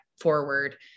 forward